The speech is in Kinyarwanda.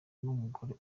n’umugore